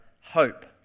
hope